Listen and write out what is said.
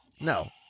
No